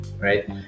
right